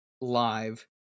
live